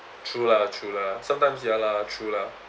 true lah true lah sometimes ya lah true lah